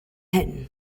hyn